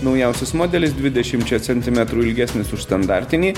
naujausius modelius dvidešimčia centimetrų ilgesnis už standartinį